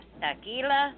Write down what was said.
tequila